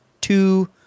two